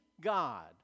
God